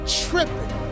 tripping